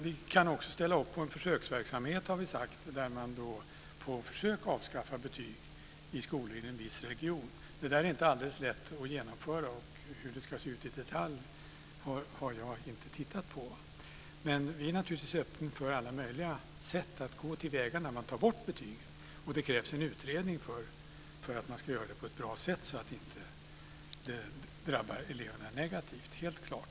Vi kan också ställa upp på en försöksverksamhet, har vi sagt, där man på försök avskaffar betyg i en viss region. Det är inte alldeles lätt att genomföra. Och hur det ska se ut i detalj har jag inte tittat närmare på. Men vi är naturligtvis öppna för alla möjliga sätt att gå till väga när man tar bort betygen. Det krävs en utredning för att man ska göra det på ett bra sätt, så att det inte drabbar eleverna negativt, helt klart.